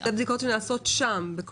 זה בדיקות שנעשות שם.